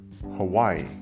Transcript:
Hawaii